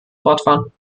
fortfahren